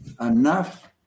enough